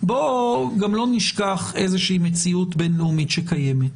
בוא לא נשכח מציאות בין-לאומית שקיימת.